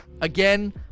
again